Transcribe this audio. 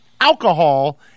alcohol